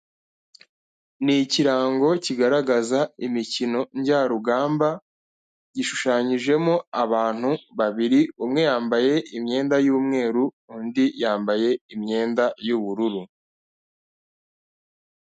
Ni ikirango kigaragaza imikino njya rugamba, gishushanyijemo abantu babiri, umwe yambaye imyenda y'umweru, undi yambaye imyenda y'ubururu.